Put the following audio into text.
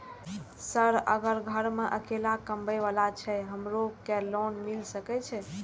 Sir अगर घर में अकेला कमबे वाला छे हमरो के लोन मिल सके छे?